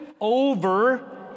over